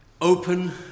open